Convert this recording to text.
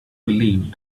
believed